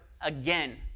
again